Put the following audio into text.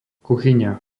kuchyňa